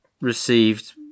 received